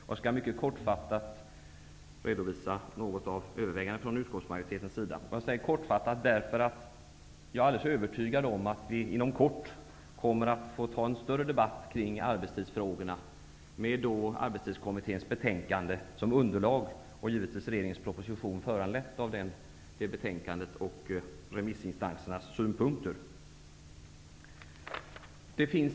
Jag skall mycket kortfattat redovisa utskottsmajoritetens överväganden -- kortfattat därför att jag är alldeles övertygad om att vi inom kort kommer att få ta en större debatt om arbetslivsfrågorna med anledning av den proposition som kommer att föranledas av arbetslivskommitténs betänkande och remissinstansernas synpunkter. Herr talman!